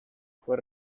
fue